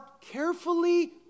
carefully